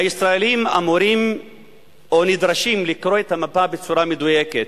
הישראלים אמורים או נדרשים לקרוא את המפה בצורה מדויקת.